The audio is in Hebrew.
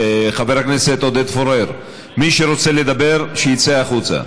חבר הכנסת עודד פורר, מי שרוצה לדבר, שיצא החוצה.